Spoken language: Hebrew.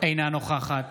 אינה נוכחת